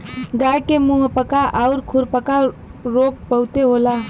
गाय के मुंहपका आउर खुरपका रोग बहुते होला